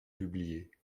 publiés